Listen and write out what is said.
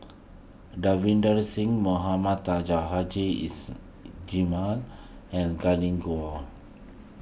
Davinder Singh Mohamed Taji Haji is Jamil and Glen Goei